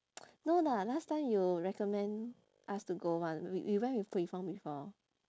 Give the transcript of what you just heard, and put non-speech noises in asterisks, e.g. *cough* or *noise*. *noise* no lah last time you recommend us to go one we we went with pui fong before